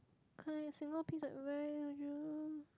kind single piece of advice would you